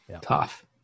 tough